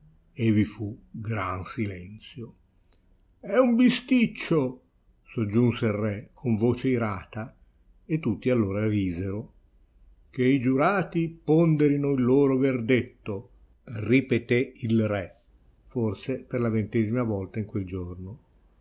e vi fu gran silenzio è un bisticcio soggiunse il re con voce irata e tutti allora risero che i giurati ponderino il loro verdetto ripetè il re forse per la ventesima volta in quel giorno